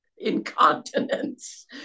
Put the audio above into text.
incontinence